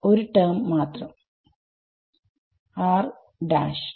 ഒരു ടെർമ് മാത്രം വിദ്യാർത്ഥി